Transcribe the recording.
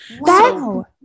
wow